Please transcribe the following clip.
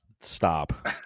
Stop